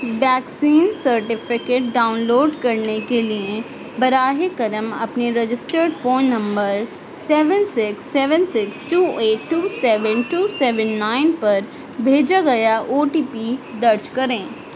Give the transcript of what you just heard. vaccine certificate download کرنے کے لیے براہ کرم اپنے registered phone number seven six seven six two eight two seven two seven nine پر بھیجا گیا او ٹی پی درج کریں